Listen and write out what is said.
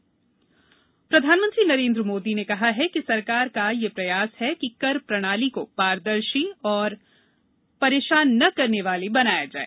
सम्मान पोर्टल प्रधानमंत्री नरेन्द्र मोदी ने कहा है कि सरकार का यह प्रयास है कि कर प्रणाली को पारदर्शी और परेशान न करने वाली बनाया जाए